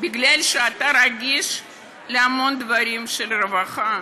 שאתה רגיש להמון דברים של רווחה,